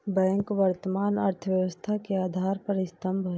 bank वर्तमान अर्थव्यवस्था के आधार स्तंभ है